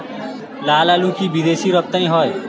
লালআলু কি বিদেশে রপ্তানি হয়?